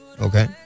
okay